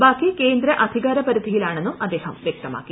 ബാക്കി കേന്ദ്ര അധികാര പരിധ്യിയിലാണെന്നും അദ്ദേഹം വൃക്തമാക്കി